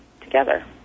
together